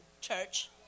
church